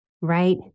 Right